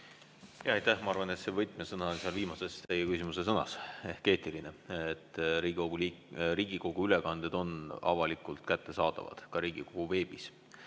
eetiline? Ma arvan, et see võtmesõna on seal viimases teie küsimuse sõnas: eetiline. Riigikogu ülekanded on avalikult kättesaadavad ka Riigikogu veebis